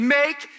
make